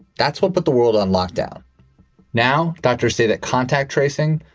that's what put the world on lockdown now, doctors say that contact tracing,